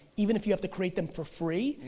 even if you have to create them for free,